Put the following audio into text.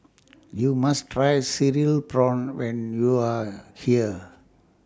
YOU must Try Cereal Prawns when YOU Are here